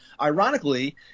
Ironically